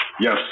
Yes